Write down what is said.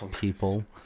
people